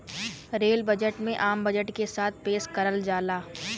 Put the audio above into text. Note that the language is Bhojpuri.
रेल बजट में आम बजट के साथ पेश करल जाला